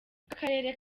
bw’akarere